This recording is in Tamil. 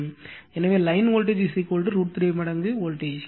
எனவே லைன் வோல்டேஜ் √ 3 மடங்கு பேஸ் வோல்டேஜ்